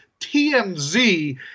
TMZ